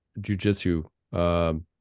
jujitsu